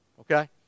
Okay